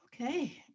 Okay